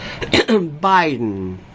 Biden